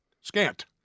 scant